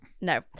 No